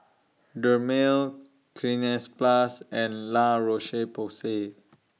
Dermale Cleanz Plus and La Roche Porsay